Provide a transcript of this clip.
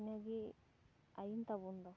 ᱤᱱᱟᱹ ᱜᱮ ᱟᱹᱭᱤᱱ ᱛᱟᱵᱚᱱ ᱫᱚ